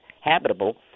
habitable